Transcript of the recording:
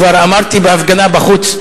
כבר אמרתי בחוץ,